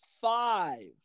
five